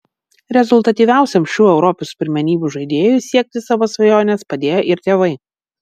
rezultatyviausiam šių europos pirmenybių žaidėjui siekti savo svajonės padėjo ir tėvai